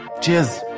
Cheers